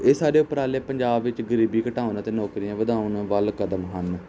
ਇਹ ਸਾਡੇ ਉਪਰਾਲੇ ਪੰਜਾਬ ਵਿੱਚ ਗਰੀਬੀ ਘਟਾਉਣ ਅਤੇ ਨੌਕਰੀਆਂ ਵਧਾਉਣ ਵੱਲ ਕਦਮ ਹਨ